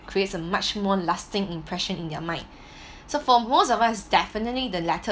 creates a much more lasting impression in their mind so for most of us definitely the latter